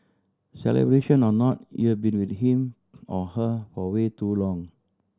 celebration or not you've been with him or her for way too long